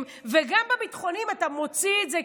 וגם מהביטחוניים אתה מוציא את זה,